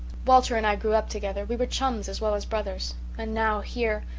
walter and i grew up together we were chums as well as brothers and now here,